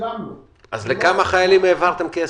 לכמה חיילים העברתם כסף?